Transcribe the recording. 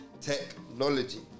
technology